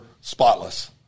spotless